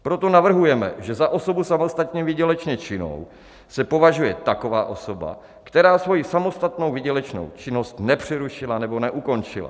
Proto navrhujeme, že za osobu samostatně výdělečně činnou se považuje taková osoba, která svoji samostatnou výdělečnou činnost nepřerušila nebo neukončila.